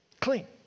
clean